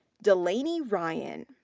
delaney ryan.